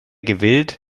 gewillt